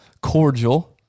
cordial